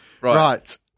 Right